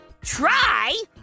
Try